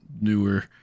newer